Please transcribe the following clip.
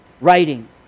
writing